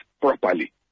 properly